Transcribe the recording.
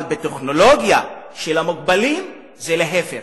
אבל בטכנולוגיה של המוגבלים זה להיפך: